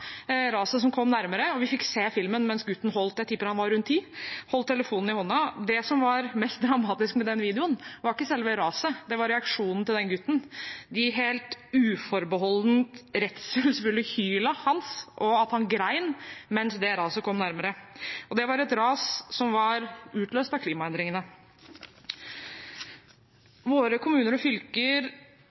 som kom nærmere, og vi fikk se filmen mens gutten – jeg tipper han var rundt 10 – holdt telefonen i hånda. Det som var mest dramatisk med den videoen, var ikke selve raset, det var reaksjonen til gutten, de helt uforbeholdent redselsfulle hylene hans og at han gråt mens raset kom nærmere. Og det var et ras som var utløst av klimaendringene. Våre kommuner og fylker